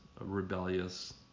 rebellious